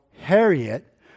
Harriet